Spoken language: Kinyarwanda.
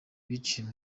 biciye